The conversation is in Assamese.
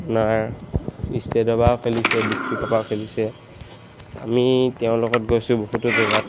আপোনাৰ ইষ্টেটৰ পৰাও খেলিছে ডিষ্ট্ৰিক্টৰ পৰাও খেলিছে আমি তেওঁৰ লগত গৈছোঁ বহুতো জেগাত